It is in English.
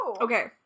Okay